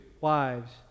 wives